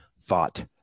thought